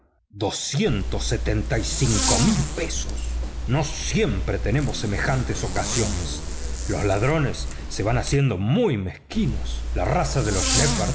entusiasmado cincuenta y cinco mil libras no siempre tenemos semejantes ocasiones los ladrones se van haciendo muy mezquinos la raza de los